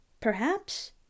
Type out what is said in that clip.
Perhaps